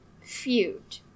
feud